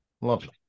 lovely